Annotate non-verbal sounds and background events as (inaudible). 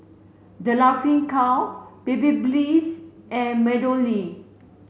The Laughing Cow (unintelligible) and MeadowLea